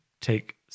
take